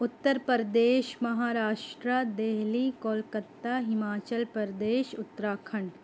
Uttar Pradesh Maharashtra Delhi Kolkata Himachal Pradesh Uttarakhand